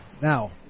Now